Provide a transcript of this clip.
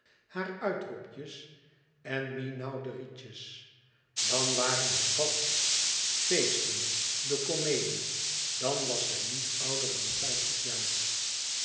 haar uitroepjes en minauderietjes dan waren het bals feesten de comedie dan was zij niet ouder dan vijftig jaar